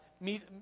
meet